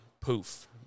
Poof